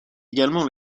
également